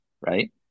right